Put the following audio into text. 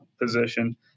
position